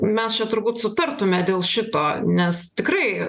mes čia turbūt sutartume dėl šito nes tikrai